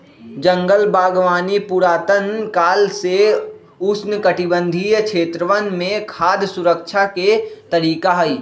जंगल बागवानी पुरातन काल से उष्णकटिबंधीय क्षेत्रवन में खाद्य सुरक्षा के तरीका हई